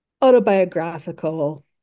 autobiographical